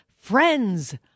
Friends